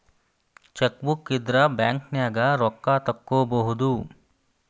chequebook ಇದ್ರ ಬ್ಯಾಂಕ್ನ್ಯಾಗ ರೊಕ್ಕಾ ತೊಕ್ಕೋಬಹುದು